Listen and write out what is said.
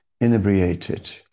inebriated